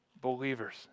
believers